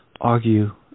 argue